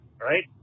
right